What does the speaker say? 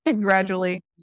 gradually